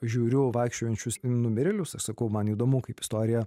žiūriu vaikščiojančius numirėlius aš sakau man įdomu kaip istorija